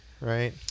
right